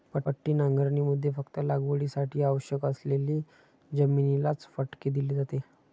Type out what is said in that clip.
पट्टी नांगरणीमध्ये फक्त लागवडीसाठी आवश्यक असलेली जमिनीलाच फटके दिले जाते